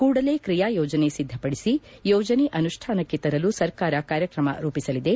ಕೂಡಲೇ ಕ್ರಿಯಾಯೋಜನೆ ಸಿದ್ಧಪಡಿಸಿ ಯೋಜನೆ ಅನುಷ್ಠಾನಕ್ಕೆ ತರಲು ಸರ್ಕಾರ ಕಾರ್ಯಕ್ರಮ ರೂಪಿಸಲಿದೆ